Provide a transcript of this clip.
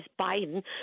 Biden